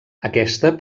aquesta